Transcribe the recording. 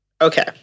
Okay